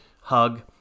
hug